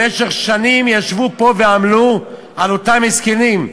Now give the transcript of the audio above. במשך שנים ישבו פה ועמלו פה על אותם הסכמים.